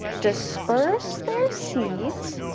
disperse their seeds,